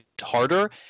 harder